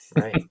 Right